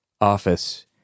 office